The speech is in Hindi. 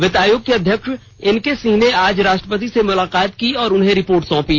वित्त आयोग के अध्यक्ष एनके सिंह ने आज राष्ट्रपति से मुलाकात की और उन्हें रिपोर्ट सौंपी